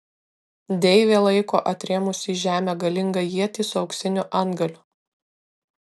deivė laiko atrėmusi į žemę galingą ietį su auksiniu antgaliu